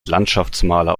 landschaftsmaler